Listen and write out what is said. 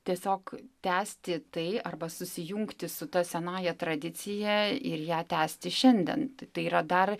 tiesiog tęsti tai arba susijungti su ta senąja tradicija ir ją tęsti šiandien tai yra dar